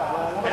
לדון